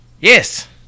Yes